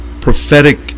prophetic